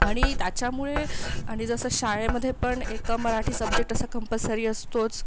आणि त्याच्यामुळे आणि जसं शाळेमध्ये पण एक मराठी सब्जेक्ट असा कंपल्सरी असतोच